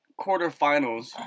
quarterfinals